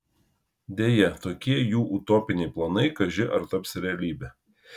deja tokie jų utopiniai planai kaži ar taps realybe